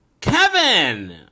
kevin